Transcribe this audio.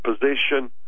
position